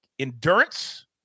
endurance